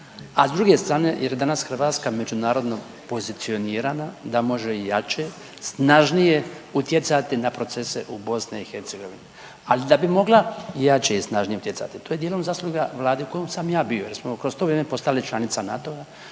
a s druge strane jer je danas Hrvatska međunarodno pozicionirana da može jače, snažnije utjecati na procese u Bosni i Hercegovini. Ali da bi mogla jače i snažnije utjecati to je dijelom zasluga Vlade u kojoj sam ja bio, jer smo kroz to vrijeme postali članica NATO-a,